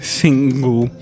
single